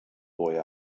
boy